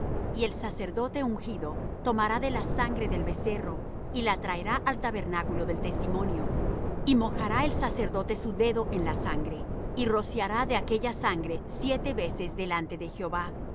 y el sacerdote ungido tomará de la sangre del becerro y la traerá al tabernáculo del testimonio y mojará el sacerdote su dedo en la sangre y rociará de aquella sangre siete veces delante de jehová